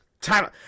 Time